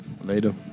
Later